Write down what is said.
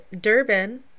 Durban